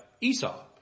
Esau